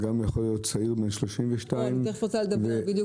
אני ככה וככה.